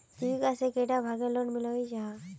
जीविका से कैडा भागेर लोन मिलोहो जाहा?